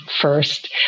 first